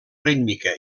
rítmica